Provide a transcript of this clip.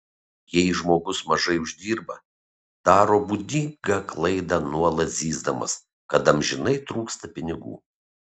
jei žmogus mažai uždirba daro būdingą klaidą nuolat zyzdamas kad amžinai trūksta pinigų